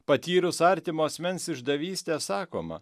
patyrus artimo asmens išdavystę sakoma